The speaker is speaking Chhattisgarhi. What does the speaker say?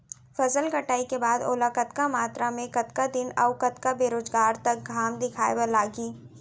फसल कटाई के बाद ओला कतका मात्रा मे, कतका दिन अऊ कतका बेरोजगार तक घाम दिखाए बर लागही?